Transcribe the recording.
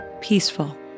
peaceful